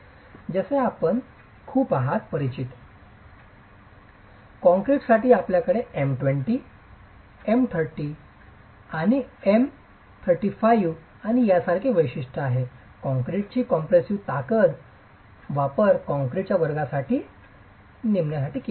तर जसे आपण खूप आहात परिचित काँक्रीटसाठी आपल्याकडे M20 M30 M35 आणि यासारखे वैशिष्ट्य आहे कॉंक्रिटची कॉम्प्रेसिव्ह ताकदीचा वापर कॉंक्रिटच्या वर्गासाठी नेमण्यासाठी केला जातो